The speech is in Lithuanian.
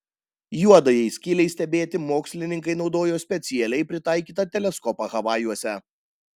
juodajai skylei stebėti mokslininkai naudojo specialiai pritaikytą teleskopą havajuose